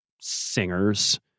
singers